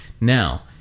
Now